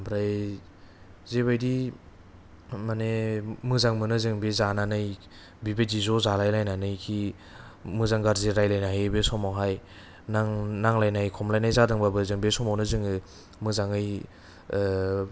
ओमफ्राय जेबायदि खुरनानै मोजां मोनो जों बे जानानै बेबायदि ज' जालायलायनानै हि मोजां गाज्रि रायलायनो हायो बे समावहाय नां नांलायनाय खमलायनाय जादोंब्लाबो बे समावनो जोङो मोजाङै